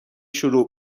شروع